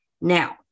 Now